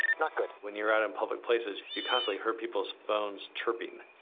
not good. when you're out in public places you constantly heard people's phones chirping.